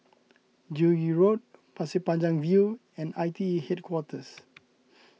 Joo Yee Road Pasir Panjang View and I T E Headquarters